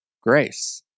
grace